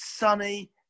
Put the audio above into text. Sunny